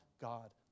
God